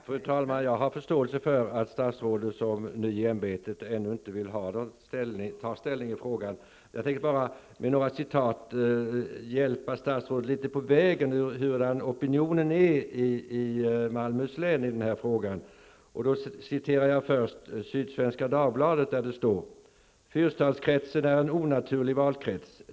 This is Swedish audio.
Fru talman! Jag har förståelse för att statsrådet som ny i ämbetet ännu inte vill ta ställning i frågan. Jag tänkte emellertid med några citat hjälpa statsrådet en liten bit på vägen när det gäller hur opinionen är i Malmöhus län i denna fråga. I Sydsvenska ''Fyrstadskretsen är en onaturlig valkrets.